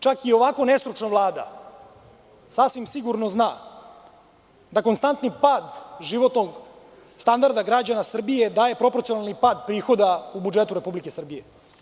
Čak i ovako nestručna Vlada sasvim sigurno zna da konstantni pad životnog standarda građana Srbije daje proporcionalni pad prihoda u budžetu RS.